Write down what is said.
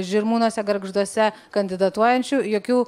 žirmūnuose gargžduose kandidatuojančių jokių